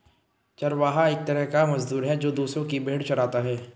चरवाहा एक तरह का मजदूर है, जो दूसरो की भेंड़ चराता है